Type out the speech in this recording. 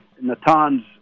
Natan's